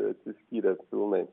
atsiskyrę pilnai